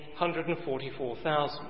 144,000